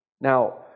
Now